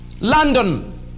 London